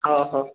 ହଉ ହଉ